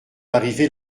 arrivés